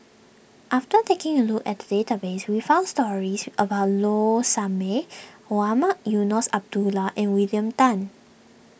after taking a look at the database we found stories about Low Sanmay Mohamed Eunos Abdullah and William Tan